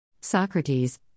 Socrates